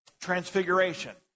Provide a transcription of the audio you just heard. Transfiguration